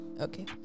Okay